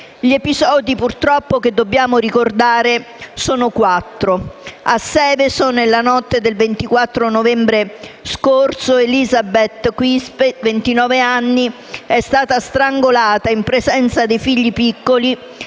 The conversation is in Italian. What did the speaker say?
Gli episodi che purtroppo dobbiamo ricordare sono quattro. A Seveso nella notte del 24 novembre scorso Elizabeth Quispe, di ventinove anni, è stata strangolata in presenza dei figli piccoli